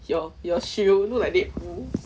your your shoe look like dead pool